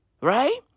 right